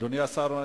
אדוני השר,